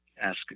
ask